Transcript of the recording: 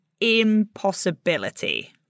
impossibility